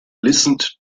listened